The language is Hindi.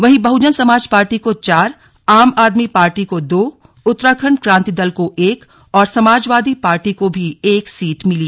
वहीं बहुजन समाज पार्टी को चार आम आदमी पार्टी को दो उत्तराखण्ड क्रान्ति दल को एक और समाजवादी पार्टी को भी एक सीट मिली